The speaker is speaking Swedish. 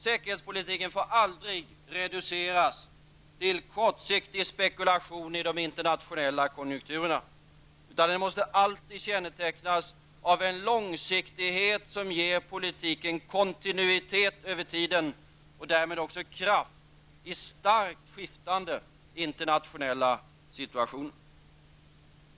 Säkerhetspolitiken får aldrig reduceras till kortsiktig spekulation i de internationella konjunkturerna, utan måste alltid kännetecknas av en långsiktighet som ger politiken kontinuitet över tiden och därmed också kraft i starkt skiftande internationella situationer.